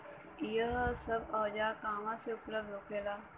यह सब औजार कहवा से उपलब्ध होखेला?